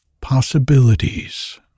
possibilities